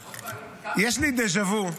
יש לי דז'ה וו.